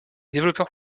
développeurs